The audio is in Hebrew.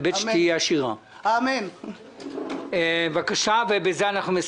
יצחק: בחו"ל הוא יכול להשתבח במה שהוא רוצה.